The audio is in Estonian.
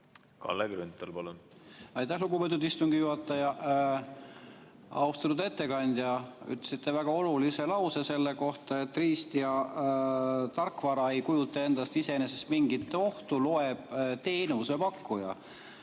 Kalle Grünthal, palun! Aitäh, lugupeetud istungi juhataja! Austatud ettekandja! Ütlesite väga olulise lause selle kohta, et riist- ja tarkvara ei kujuta endast iseenesest mingit ohtu, loeb teenusepakkuja.